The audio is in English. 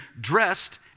dressed